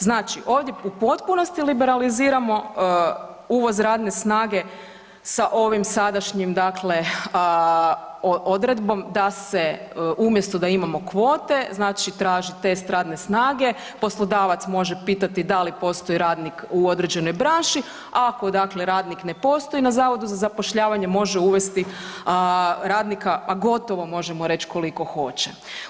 Znači, ovdje u potpunosti liberaliziramo uvoz radne snage sa ovim sadašnjim, dakle odredbom da se umjesto da imamo kvote znači traži test radne snage, poslodavac može pitati da li postoji radnik u određenoj branši, a ako dakle radnik ne postoji na Zavodu za zapošljavanje može uvesti radnika, a gotovo možemo reć koliko hoće.